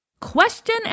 Question